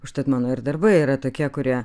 užtat mano ir darbai yra tokie kurie